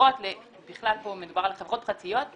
בכלל פה מדובר על חברות פרטיות.